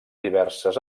diverses